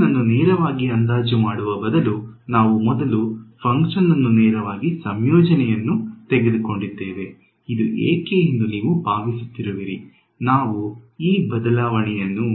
function ಅನ್ನು ನೇರವಾಗಿ ಅಂದಾಜು ಮಾಡುವ ಬದಲು ನಾವು ಮೊದಲು ಫಂಕ್ಷನ್ ಅನ್ನು ನೇರವಾಗಿ ಸಂಯೋಜನೆಯನ್ನು ತೆಗೆದುಕೊಂಡಿದ್ದೇವೆ ಇದು ಏಕೆ ಎಂದು ನೀವು ಭಾವಿಸುತ್ತೀರುವಿರಿ ನಾವು ಈ ಬದಲಾವಣೆಯನ್ನು